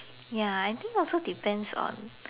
ya I think also depends on